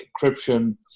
encryption